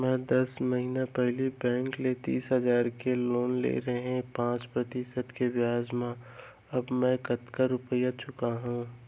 मैं दस महिना पहिली बैंक ले तीस हजार के लोन ले रहेंव पाँच प्रतिशत के ब्याज म अब मैं कतका रुपिया चुका हूँ?